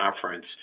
conference